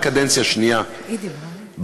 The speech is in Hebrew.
רק קדנציה שנייה בכנסת,